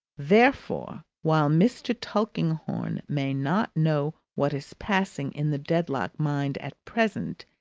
therefore, while mr. tulkinghorn may not know what is passing in the dedlock mind at present,